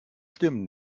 stimmen